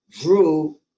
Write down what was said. drew